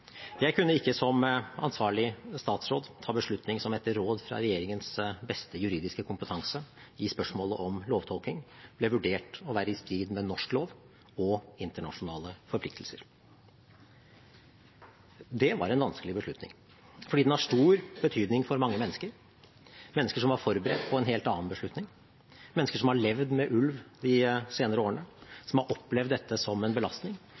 Jeg kunne ikke som ansvarlig statsråd ta en beslutning som etter råd fra regjeringens beste juridiske kompetanse i spørsmålet om lovtolkning ble vurdert å være i strid med norsk lov og internasjonale forpliktelser. Det var en vanskelig beslutning, fordi den har stor betydning for mange mennesker, mennesker som var forberedt på en helt annen beslutning, mennesker som har levd med ulv de senere årene, som har opplevd dette som en belastning,